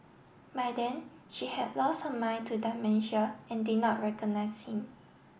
by then she had lost her mind to dementia and did not recognise him